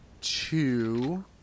two